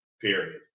period